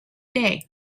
day